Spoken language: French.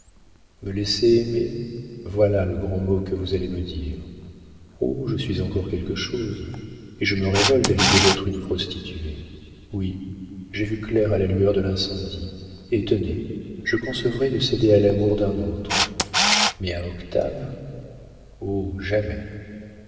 me laisser aimer voilà le grand mot que vous allez me dire oh je suis encore quelque chose et je me révolte à l'idée d'être une prostituée oui j'ai vu clair à la lueur de l'incendie et tenez je concevrais de céder à l'amour d'un autre mais à octave oh jamais